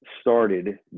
started